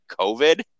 COVID